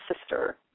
sister